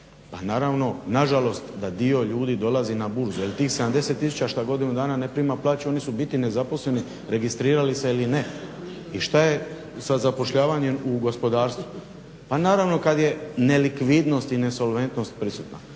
pa naravno nažalost da dio ljudi dolazi na burzu jer tih 70 000 šta ne primaju plaću oni su u biti nezaposleni, registrirali se ili ne. I šta je sa zapošljavanjem u gospodarstvu? Pa naravno kad je nelikvidnost i nesolventnost prisutna